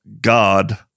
God